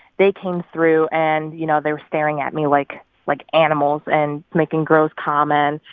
they came through. and, you know, they were staring at me like like animals and making gross comments.